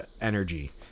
Energy